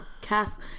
cast